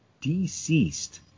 deceased